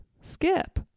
Skip